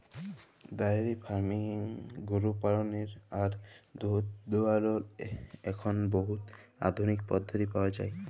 diary ফার্মিংয়ে গরু পাললেরলে আর দুহুদ দুয়ালর এখল বহুত আধুলিক পদ্ধতি পাউয়া যায়